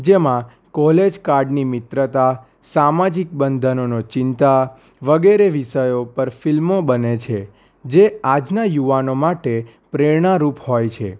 જેમાં કોલેજ કાળની મિત્રતા સામાજિક બંધનોનો ચિંતા વગેરે વિષયો પર ફિલ્મો બને છે જે આજના યુવાનો માટે પ્રેરણારૂપ હોય છે